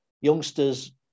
youngsters